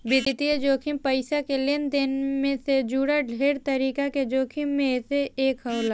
वित्तीय जोखिम पईसा के लेनदेन से जुड़ल ढेरे तरीका के जोखिम में से एक होला